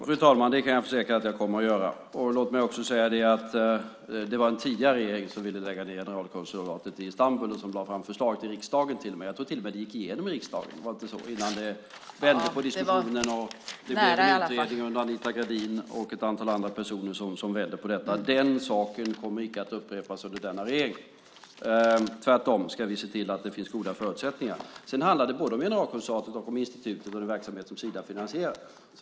Fru talman! Det kan jag försäkra att jag kommer att göra. Låt mig också säga att det var en tidigare regering som ville lägga ned generalkonsulatet i Istanbul och som lade fram förslaget i riksdagen. Jag tror till och med att det gick igenom i riksdagen innan diskussionen vände. : Det var i varje fall nära.) Det blev en utredning under Anita Gradin, och det var ett antal andra personer som vände på detta. Den saken kommer icke att upprepas under denna regering. Tvärtom ska vi se till att finns goda förutsättningar. Sedan handlar det både om generalkonsulatet och institutet som Sida finansierar.